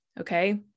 okay